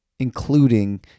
including